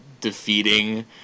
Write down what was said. defeating